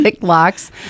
Locks